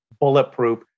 bulletproof